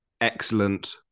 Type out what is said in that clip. excellent